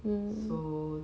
so